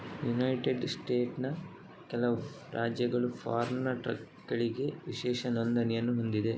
United ಸ್ಟೇಟ್ಸ್ನ ಕೆಲವು ರಾಜ್ಯಗಳು ಫಾರ್ಮ್ ಟ್ರಕ್ಗಳಿಗೆ ವಿಶೇಷ ನೋಂದಣಿಯನ್ನು ಹೊಂದಿವೆ